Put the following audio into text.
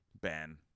Ben